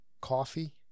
coffee